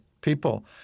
people